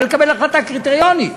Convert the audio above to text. אבל לקבל החלטה קריטריונית.